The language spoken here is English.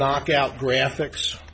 knockout graphics